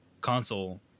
console